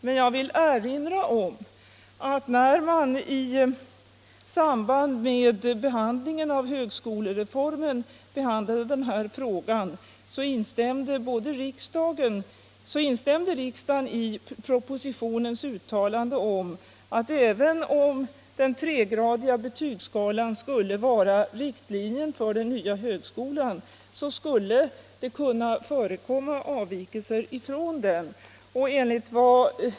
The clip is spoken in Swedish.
Men jag vill erinra om att när denna fråga diskuterades i samband med behandlingen av högskolereformen instämde riksdagen i propositionens uttalande, att även om den tregradiga betygsskalan skall vara riktlinje för den nya högskolan kan det förekomma avvikelser från den.